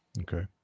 Okay